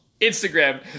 Instagram